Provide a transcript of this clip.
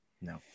no